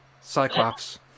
Cyclops